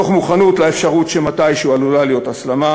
תוך מוכנות לאפשרות שמתישהו עלולה להיות הסלמה,